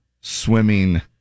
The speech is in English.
swimming